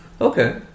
Okay